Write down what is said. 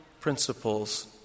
principles